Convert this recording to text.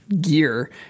gear